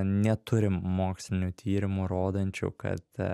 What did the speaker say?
neturim mokslinių tyrimų rodančių kad